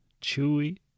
chewy